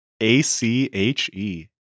A-C-H-E